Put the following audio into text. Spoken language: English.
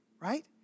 right